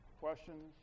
questions